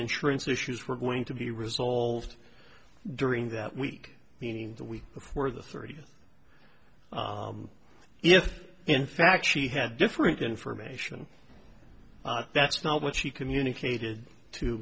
insurance issues were going to be resolved during that week meaning the week before the thirtieth if in fact she had different information that's not what she communicated to